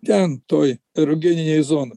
ten toj erogenijėj zonoj